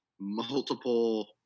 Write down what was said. multiple